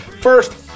first